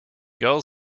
girl